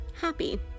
Happy